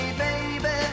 baby